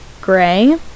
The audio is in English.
gray